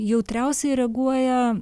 jautriausiai reaguoja